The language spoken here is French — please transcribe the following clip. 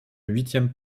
huitième